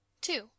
Two